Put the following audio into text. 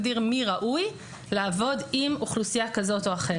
ראוי לעבוד עם אוכלוסייה כזאת או אחרת.